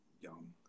young